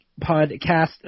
podcast